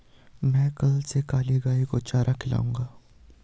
मैं कल से काली गाय को चारा खिलाऊंगा